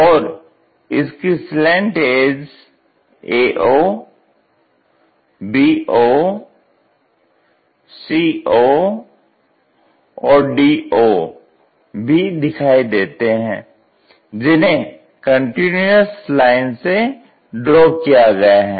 और इसकी slant edges ao bo co और do भी दिखाई देते हैं जिन्हे कंटीन्यूअस लाइन से ड्रॉ किया गया है